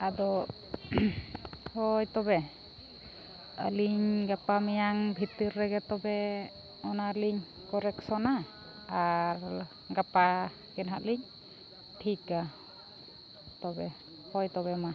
ᱟᱫᱚ ᱦᱳᱭ ᱛᱚᱵᱮ ᱟᱹᱞᱤᱧ ᱜᱟᱯᱟ ᱢᱮᱭᱟᱝ ᱵᱷᱤᱛᱤᱨ ᱨᱮᱜᱮ ᱛᱚᱵᱮ ᱚᱱᱟᱞᱤᱧ ᱠᱟᱨᱮᱠᱥᱚᱱᱟ ᱟᱨ ᱜᱟᱯᱟ ᱜᱮ ᱱᱟᱦᱟᱜᱞᱤᱧ ᱴᱷᱤᱠᱟ ᱡᱚᱛᱚ ᱜᱮ ᱦᱳᱭ ᱛᱚᱵᱮ ᱢᱟ